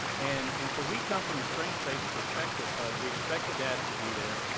and and so we come from a strength-based perspective of we expect the dads to be there,